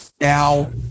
now